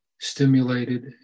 stimulated